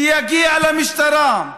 שיגיע למשטרה,